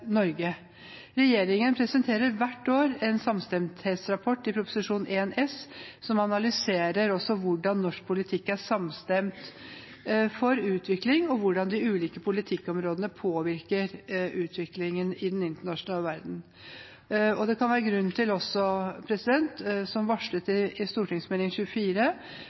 Norge. Regjeringen presenterer hvert år en samstemthetsrapport i Prop. 1 S som analyserer hvordan norsk politikk er samstemt for utvikling, og hvordan de ulike politikkområdene påvirker utviklingen i den internasjonale verden. Som varslet i Meld. St. 24 for 2016–2017, Felles ansvar for felles fremtid, er regjeringen nå i